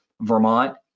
Vermont